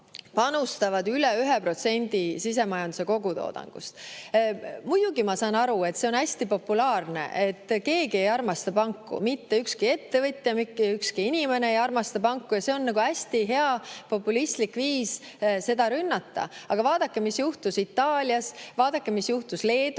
panustavad üle 1% sisemajanduse kogutoodangust. Muidugi ma saan aru, et see on hästi populaarne, keegi ei armasta panku. Mitte ükski ettevõtja, mitte ükski inimene ei armasta panku. Ja see on hästi hea populistlik viis neid rünnata. Aga vaadake, mis juhtus Itaalias, vaadake, mis juhtus Leedus,